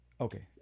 Okay